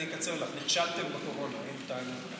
אני אקצר לך: נכשלתם בקורונה ביג טיים.